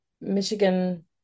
Michigan